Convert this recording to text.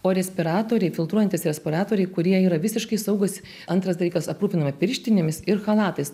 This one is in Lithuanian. o respiratoriai filtruojantys resporatoriai kurie yra visiškai saugūs antras dalykas aprūpiname pirštinėmis ir chalatais